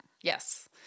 yes